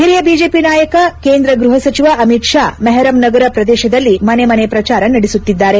ಹಿರಿಯ ಬಿಜೆಪಿ ನಾಯಕ ಕೇಂದ್ರ ಗೃಪ ಸಚಿವ ಅಮಿತ್ ಷಾ ಮೆಹರಂ ನಗರ ಪ್ರದೇಶದಲ್ಲಿ ಮನೆ ಮನೆ ಪ್ರಚಾರ ನಡೆಸುತ್ತಿದ್ದಾರೆ